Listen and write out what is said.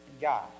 God